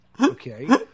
Okay